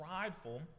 prideful